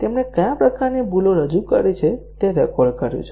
તેમણે કયા પ્રકારની ભૂલો રજૂ કરી છે તે રેકોર્ડ કર્યું છે